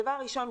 דבר ראשון,